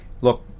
Look